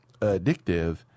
addictive